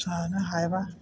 जानो हायाबा